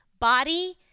body